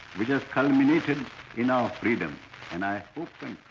which has culminated in our freedom and i hope and